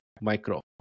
micro